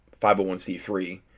501c3